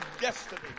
destiny